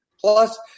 Plus